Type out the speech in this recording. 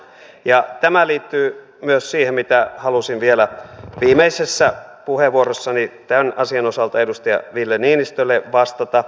ja tämä liittyy myös siihen mitä halusin vielä viimeisessä puheenvuorossani tämän asian osalta edustaja ville niinistölle vastata